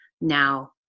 now